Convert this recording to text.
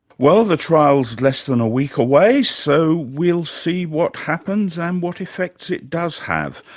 well, the trial's less than a week away, so we'll see what happens and what effects it does have.